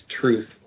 truth